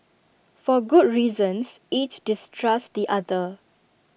for good reasons each distrusts the other